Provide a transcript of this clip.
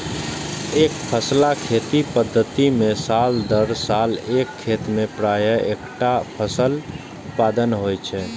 एकफसला खेती पद्धति मे साल दर साल एक खेत मे प्रायः एक्केटा फसलक उत्पादन होइ छै